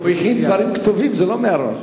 הוא הכין דברים כתובים, זה לא מהראש.